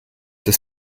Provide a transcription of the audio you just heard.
des